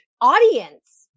audience